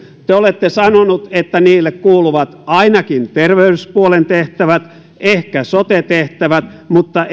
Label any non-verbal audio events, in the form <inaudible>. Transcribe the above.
te olette sanonut että niille kuuluvat ainakin terveyspuolen tehtävät ehkä sote tehtävät mutta <unintelligible>